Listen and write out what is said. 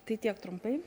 tai tiek trumpai